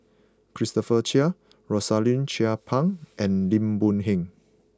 Christopher Chia Rosaline Chan Pang and Lim Boon Heng